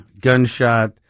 gunshot